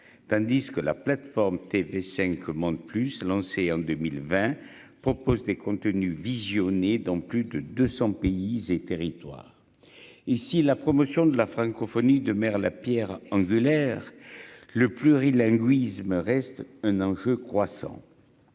tandis que la plateforme TV5Monde plus lancé en 2020 proposent des contenus visionnés dans plus de 200 pays et territoires et si la promotion de la francophonie de mer, la Pierre angulaire, le plurilinguisme reste un enjeu croissant.